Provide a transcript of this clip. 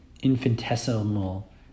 infinitesimal